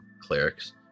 Clerics